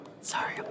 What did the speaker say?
Sorry